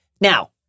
Now